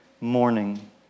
morning